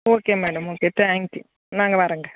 okay madam okay thank you நாங்கள் வரோங்க